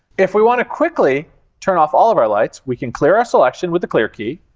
if we want to quickly turn off all of our lights, we can clear our selection with the clear key